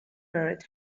merit